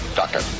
doctor